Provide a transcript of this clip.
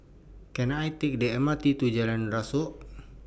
Can I Take The M R T to Jalan Rasok